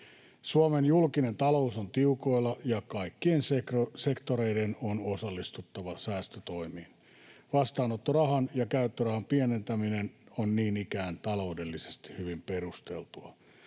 Suomen julkinen talous on tiukoilla, ja kaikkien sektoreiden on osallistuttava säästötoimiin. Vastaanottorahan ja käyttörahan pienentäminen on niin ikään taloudellisesti hyvin perusteltua.